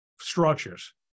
structures